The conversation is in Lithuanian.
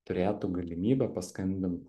turėtų galimybę paskambint